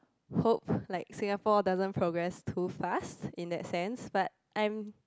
hope like Singapore doesn't progress too fast in that sense but I'm